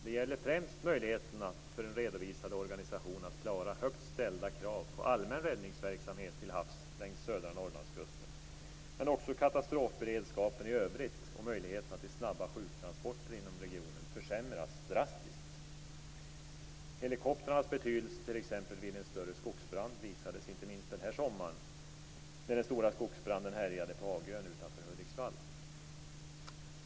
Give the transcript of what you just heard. Det gäller främst möjligheterna för den redovisade organisationen att klara högt ställda krav på allmän räddningsverksamhet till havs längs södra Norrlandskusten. Men också katastrofberedskapen i övrigt och möjligheterna till snabba sjuktransporter inom regionen försämras drastiskt. Helikoptrarnas betydelse t.ex. vid en större skogsbrand visade sig inte minst denna sommar, när den stora skogsbranden härjade på Agön utanför Hudiksvall.